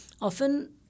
often